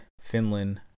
Finland